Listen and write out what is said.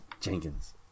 Jenkins